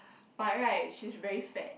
but right she's very fat